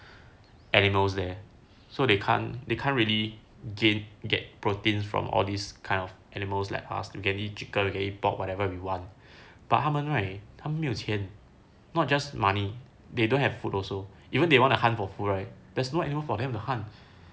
animals there so they can't they can't really gain get protein from all these kind of animals like us we can eat chicken we can eat pork whatever we want but 他们 right 他们没有钱 not just money they don't have food also even they want to hunt for food right there's no animal for them to hunt